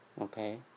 okay